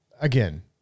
again